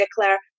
declare